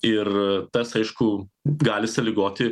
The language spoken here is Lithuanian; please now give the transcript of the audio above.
ir tas aišku gali sąlygoti